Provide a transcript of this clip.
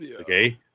okay